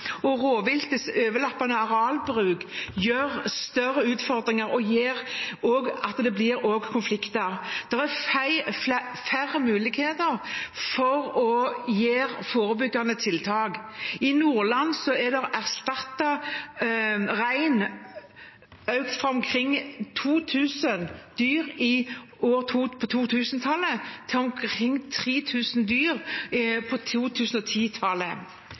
og rovviltets overlappende arealbruk større utfordringer og fører til konflikter. Det er færre muligheter til å sette inn forebyggende tiltak. I Nordland er antallet erstattet rein økt fra omkring 2 000 dyr på 2000-tallet til omkring 3 000 dyr på 2010-tallet. Totalt i landet har det økte antallet erstattet rein ligget på